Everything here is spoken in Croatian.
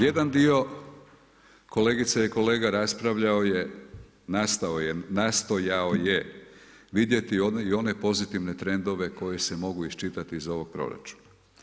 Jedan dio kolegica i kolega raspravljao je, nastojao je vidjeti i one pozitivne trendove koji se mogu iščitati iz ovog proračuna.